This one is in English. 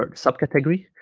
but subcategory